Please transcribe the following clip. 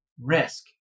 risk